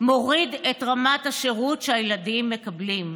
מוריד את רמת השירות שהילדים מקבלים.